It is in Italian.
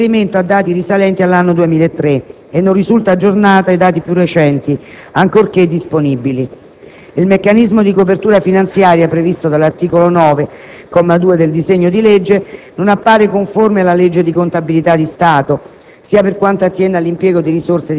previsti dall'articolo 2, fa riferimento a dati risalenti all'anno 2003 e non risulta aggiornata ai dati più recenti ancorché disponibili; - il meccanismo di copertura finanziaria previsto dall'articolo 9, comma 2, del disegno di legge, non appare conforme alla legge di contabilità di Stato,